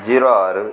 zero ஆறு